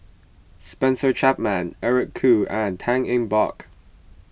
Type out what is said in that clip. Spencer Chapman Eric Khoo and Tan Eng Bock